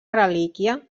relíquia